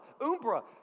umbra